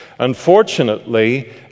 Unfortunately